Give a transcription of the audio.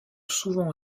souvent